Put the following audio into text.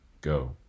go